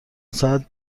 ساعت